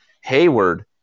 Hayward